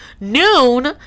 noon